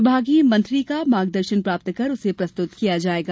विभागीय मंत्री का मार्गदर्शन प्राप्त कर उसे प्रस्तुत किया जाएगा